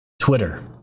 Twitter